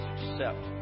accept